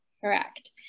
Correct